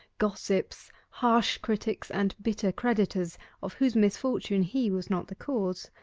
gossips, harsh critics, and bitter creditors of whose misfortune he was not the cause,